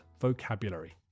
vocabulary